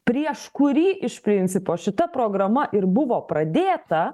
prieš kurį iš principo šita programa ir buvo pradėta